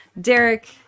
Derek